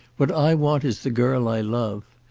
what i want is the girl i love.